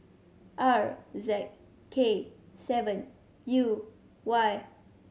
R Z K seven U Y